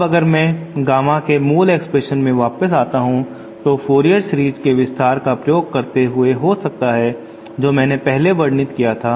अब अगर मैं गामा के मूल एक्सप्रेशन में वापस आता हूं तो Fourier फूरियर सीरीज के विस्तार का प्रयोग करते हुए हो सकता है जो मैंने पहले वर्णित किया था